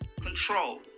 control